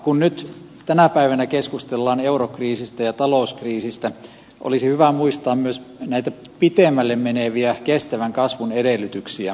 kun nyt tänä päivänä keskustellaan eurokriisistä ja talouskriisistä olisi hyvä muistaa myös näitä pitemmälle meneviä kestävän kasvun edellytyksiä